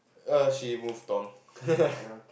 err she move on